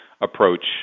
approach